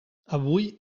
avui